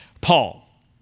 Paul